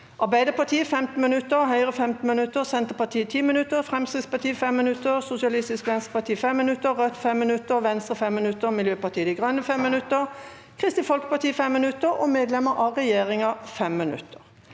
Arbeiderpartiet 15 minutter, Høyre 15 minutter, Senterpartiet 10 minutter, Fremskrittspartiet 5 minutter, Sosialistisk Venstreparti 5 minutter, Rødt 5 minutter, Venstre 5 minutter, Miljøpartiet De Grønne 5 minutter, Kristelig Folkeparti 5 minutter og medlemmer av regjeringen 5 minutter.